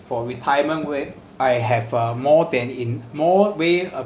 for retirement where I have a more than en~ more way